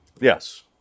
Yes